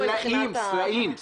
סלעים.